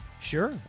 Sure